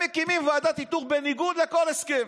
מקימים ועדת איתור בניגוד לכל הסכם.